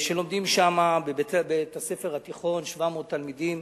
לומדים שם, בבית-הספר התיכון, 700 תלמידים,